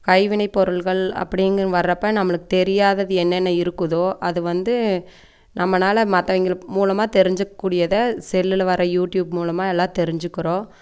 கைவினைப் பொருள்கள் அப்படின்னு வர்றப்போ நம்மளுக்கு தெரியாதது என்னென்ன இருக்குதோ அது வந்து நம்மனால மற்றவங்கள மூலமாக தெரிஞ்சிக்கக் கூடியதை செல்லில் வர யூடியூப் மூலியமாக எல்லா தெரிஞ்சிக்கிறோம்